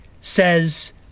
says